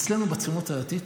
אצלנו בציונות הדתית,